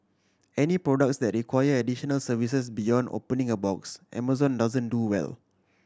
any products that require additional services beyond opening a box Amazon doesn't do well